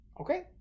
Okay